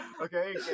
okay